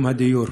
יום הדיור,